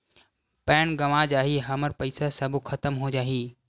Pan गंवा जाही हमर पईसा सबो खतम हो जाही?